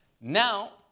Now